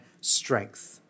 strength